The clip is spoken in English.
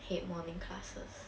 hate morning classes